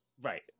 right